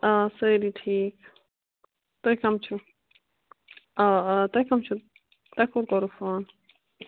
آ سٲری ٹھیٖک تُہۍ کٕم چھِو آ آ تُہۍ کٕم چھِو تۄہہِ کوٚت کوٚروٕ فون